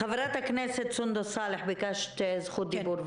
חברת הכנסת סונדוס סאלח, ביקשת זכות דיבור.